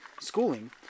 schooling